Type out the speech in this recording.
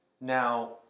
Now